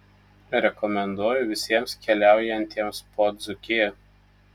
rekomenduoju visiems keliaujantiems po dzūkiją